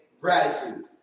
gratitude